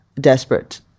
desperate